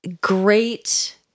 great